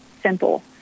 simple